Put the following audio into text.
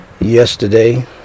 yesterday